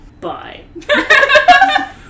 Bye